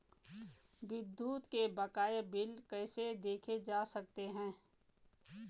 विद्युत के बकाया बिल कैसे देखे जा सकते हैं?